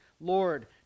Lord